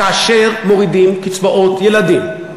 כאשר מורידים קצבאות ילדים,